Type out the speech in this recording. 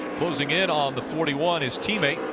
closing in on the forty one, his teammate,